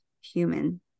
human